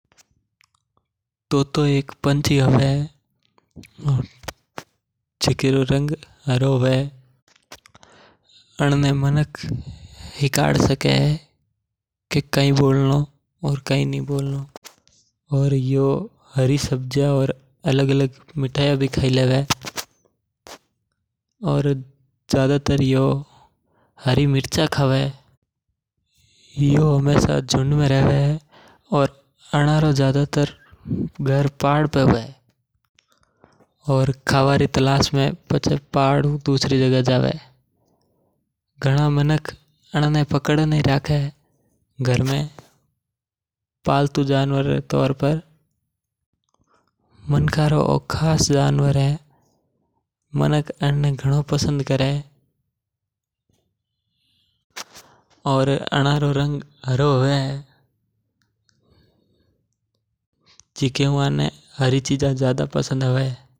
तोतो एक पंछी है और ऊ हरे रंग रो है आनने हारो रंग वड़िया लगे। ए मिर्ची खाई लावे और ज्यादातर हरी मिर्चा खावे। और अलग अलग मुठाईया भी खाई लेवे और ऊ मानक अन्ने हिकाड़ सके बोलणों। मानक जीको हिकाड़े वो ए बोल देव जियूं घणा तोता मिठु मिठु बोले।